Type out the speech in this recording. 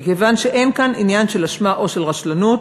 מכיוון שאין כאן עניין של אשמה או של רשלנות,